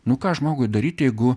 nu ką žmogui daryt jeigu